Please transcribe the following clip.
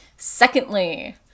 Secondly